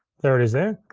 there it is there.